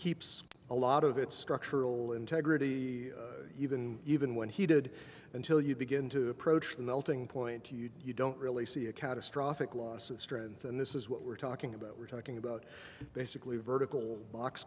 keeps a lot of its structural integrity even even when he did until you begin to approach the melting point you don't really see a catastrophic loss of strength and this is what we're talking about we're talking about basically vertical box